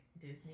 Disney